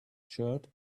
shirt